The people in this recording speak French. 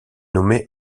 nommée